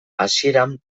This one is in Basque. hasieran